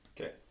Okay